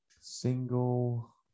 single